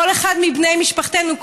כל אחד מבני משפחתנו,